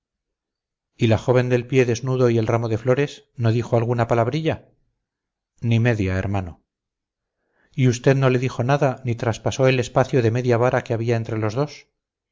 y la joven del pie desnudo y el ramo de flores no dijo alguna palabrilla ni media hermano y usted no le dijo nada ni traspasó el espacio de media vara que había entre los dos